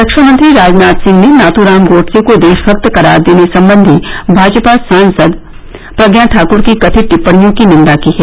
रक्षामंत्री राजनाथ सिंह ने नाथूराम गोडसे को देशमक्त करार देने संबंधी भाजपा सांसद प्रज्ञा ठाकर की कथित टिप्पणियों की निन्दा की है